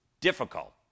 difficult